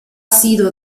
sido